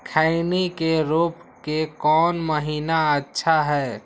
खैनी के रोप के कौन महीना अच्छा है?